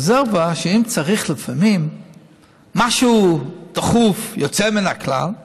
רזרבה, שאם צריך לפעמים משהו דחוף, יוצא מן הכלל,